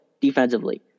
defensively